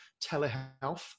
telehealth